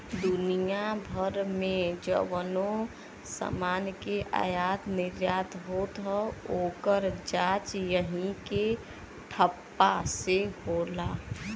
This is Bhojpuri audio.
दुनिया भर मे जउनो समान के आयात निर्याट होत हौ, ओकर जांच यही के ठप्पा से होला